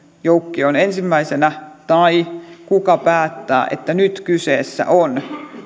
joukkion ensimmäisenä tai kuka päättää että nyt kyseessä on